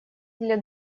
для